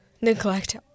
neglect